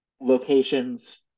locations